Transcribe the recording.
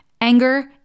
Anger